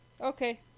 Okay